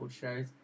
shows